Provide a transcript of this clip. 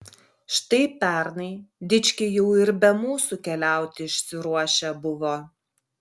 štai pernai dičkiai jau ir be mūsų keliauti išsiruošę buvo